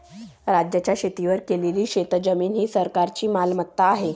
राज्याच्या शेतीवर केलेली शेतजमीन ही सरकारची मालमत्ता आहे